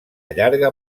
llarga